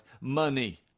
money